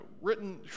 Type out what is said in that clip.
written